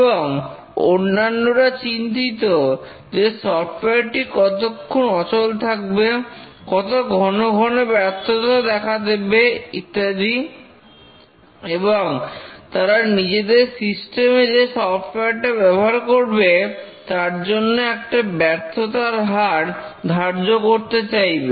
এবং অন্যান্যরা চিন্তিত যে সফটওয়্যার টি কতক্ষণ অচল থাকবে কত ঘন ঘন ব্যর্থতা দেখা দেবে ইত্যাদি এবং তারা নিজেদের সিস্টেমে যে সফটওয়ারটা ব্যবহার করবে তার জন্য একটা ব্যর্থতার হার ধার্য করতে চাইবে